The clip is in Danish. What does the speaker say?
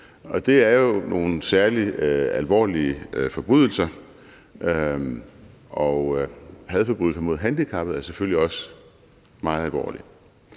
det er jo nogle særlig alvorlige forbrydelser, og hadforbrydelser mod handicappede er selvfølgelig også meget alvorlige.